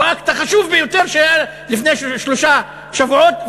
האקט החשוב ביותר שהיה לפני שלושה שבועות,